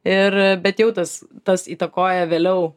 ir bet jau tas tas įtakoja vėliau